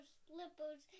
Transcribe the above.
slippers